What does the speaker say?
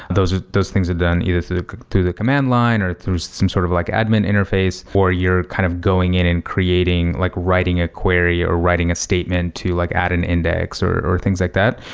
those those things are done either sort of through the command line or through some sort of like admin interface for your kind of going in and creating, like writing a query or writing a statement to like add an index or or things like that.